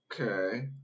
okay